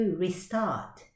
restart